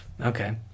Okay